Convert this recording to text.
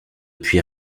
puis